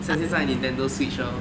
像现在 Nintendo switch lor